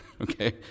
okay